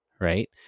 Right